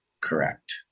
Correct